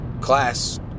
class